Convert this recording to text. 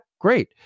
great